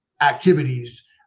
activities